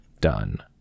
done